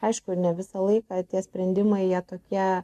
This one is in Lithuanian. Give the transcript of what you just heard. aišku ne visą laiką tie sprendimai jie tokie